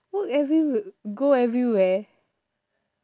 work everywhe~ go everywhere